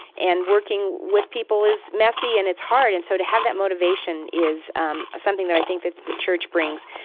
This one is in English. and working with people is messy and it's hard. and so to have that motivation is um something that, i think, that the church brings.